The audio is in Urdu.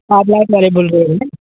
آپ لائٹ والے بول رہے ہیں